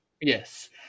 yes